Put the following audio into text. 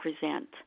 present